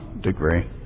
degree